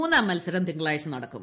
മൂന്നാം മൃത്സരം തിങ്കളാഴ്ച നടക്കും